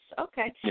Okay